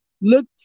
look